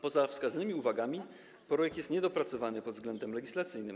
Poza wskazanymi uwagami projekt jest niedopracowany pod względem legislacyjnym.